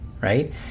right